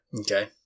okay